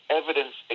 evidence